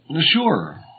Sure